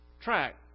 track